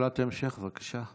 שאלת המשך, בבקשה.